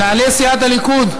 אני אמרתי: מנהלי סיעת הליכוד,